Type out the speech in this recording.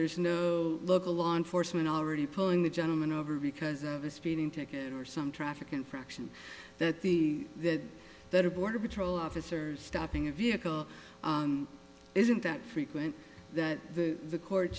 there's no local law enforcement already pulling the gentleman over because of a speeding ticket or some traffic infraction that the that the border patrol officers stopping a vehicle isn't that frequent that the the court